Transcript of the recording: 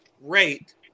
rate